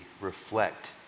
reflect